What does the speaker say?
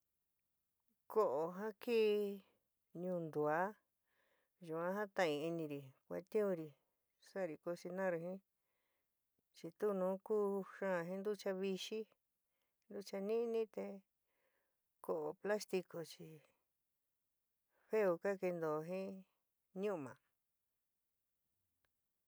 Koo ja kii ñunduaa yuan jatain iniri kuatiunri saari cosinar jin chi tuu nu kuu xaan jin ntucha vixi ntucha nini te koo plastico chi feo ka kento jin ñuuma.